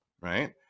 right